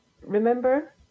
Remember